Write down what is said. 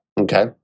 Okay